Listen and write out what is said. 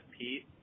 Pete